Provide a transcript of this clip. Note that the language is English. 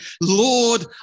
Lord